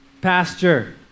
pasture